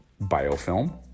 biofilm